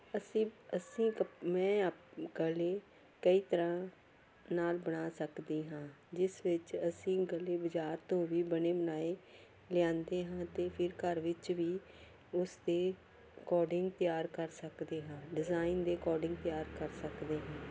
ਅਸੀਂ ਅਸੀਂ ਮੈਂ ਅਪ ਗਲੇ ਕਈ ਤਰ੍ਹਾਂ ਨਾਲ ਬਣਾ ਸਕਦੀ ਹਾਂ ਜਿਸ ਵਿੱਚ ਅਸੀਂ ਗਲੇ ਬਜ਼ਾਰ ਤੋਂ ਵੀ ਬਣੇ ਬਣਾਏ ਲਿਆਉਂਦੇ ਹਾਂ ਅਤੇ ਫਿਰ ਘਰ ਵਿੱਚ ਵੀ ਉਸ ਦੇ ਅਕੋਡਿੰਗ ਤਿਆਰ ਕਰ ਸਕਦੇ ਹਾਂ ਡਿਜ਼ਾਇਨ ਦੇ ਅਕੋਡਿੰਗ ਤਿਆਰ ਕਰ ਸਕਦੇ ਹਾਂ